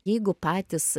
jeigu patys